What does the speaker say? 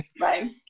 right